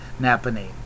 Napanee